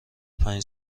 پنج